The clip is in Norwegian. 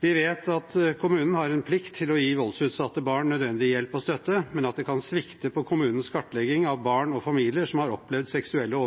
Vi vet at kommunen har plikt til å gi voldsutsatte barn nødvendig hjelp og støtte, men at det kan svikte på kommunens kartlegging av barn og familier som har opplevd seksuelle